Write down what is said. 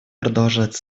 продолжать